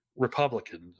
Republicans